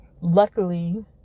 luckily